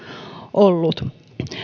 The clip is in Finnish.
ollut rauhoitettu